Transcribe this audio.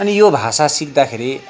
अनि यो भाषा सिक्दाखेरि